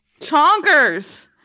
Chonkers